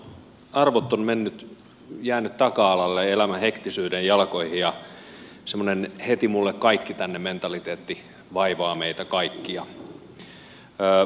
arvot ovat jääneet taka alalle elämän hektisyyden jalkoihin ja semmoinen heti mulle kaikki tänne mentaliteetti vaivaa meitä kaikkia